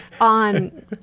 on